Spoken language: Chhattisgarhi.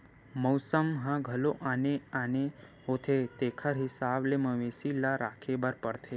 मउसम ह घलो आने आने होथे तेखर हिसाब ले मवेशी ल राखे बर परथे